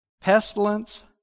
pestilence